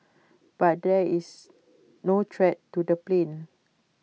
but there is no threat to the plane